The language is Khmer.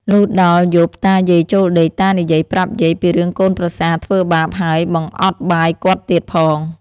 លុះដល់យប់តាយាយចូលដេក តានិយាយប្រាប់យាយពីរឿងកូនប្រសាធ្វើបាបហើយបង្អត់បាយគាត់ទៀតផង។